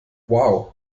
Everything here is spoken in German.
wow